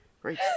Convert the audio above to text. Great